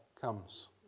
comes